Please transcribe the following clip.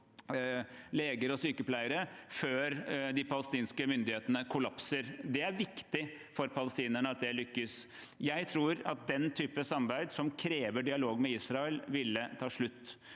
leger og sykepleiere – før de palestinske myndighetene kollapser. Det er viktig for palestinerne at det lykkes. Jeg tror at den typen samarbeid som krever dialog med Israel, ville ta slutt.